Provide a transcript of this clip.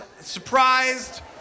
surprised